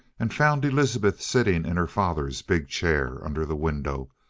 and found elizabeth sitting in her father's big chair under the window,